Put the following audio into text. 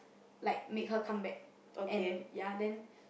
like make her come back and ya then